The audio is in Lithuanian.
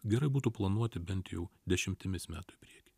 gerai būtų planuoti bent jau dešimtimis metų į priekį